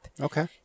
Okay